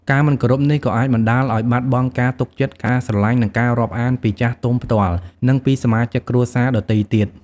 ការមិនគោរពនេះក៏អាចបណ្ដាលឲ្យបាត់បង់ការទុកចិត្ត ការស្រឡាញ់ និងការរាប់អានពីចាស់ទុំផ្ទាល់ និងពីសមាជិកគ្រួសារដទៃទៀត។